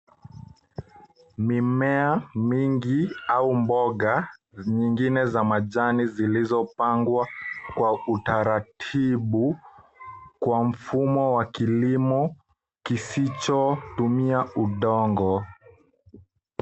Mimea mengi au mboga nyingine za majani zilizopangwa kwa utaratibu kwa mfumo wa kilimo kisichotumia udongo.